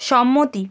সম্মতি